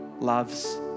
loves